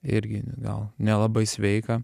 irgi gal nelabai sveika